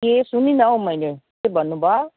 ए सुनिन हौ मैले के भन्नु भयो